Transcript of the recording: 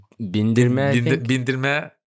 Bindirme